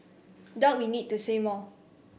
doubt we need to say more